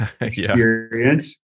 experience